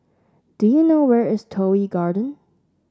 do you know where is Toh Yi Garden